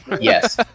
Yes